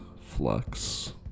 flux